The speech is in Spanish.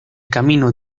camino